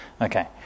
Okay